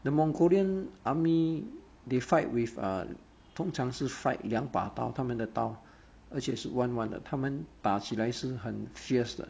the mongolian army they fight with err 通常是 fight 两把刀他们的刀而且是弯弯的他们打起来很 fierce 的